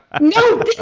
No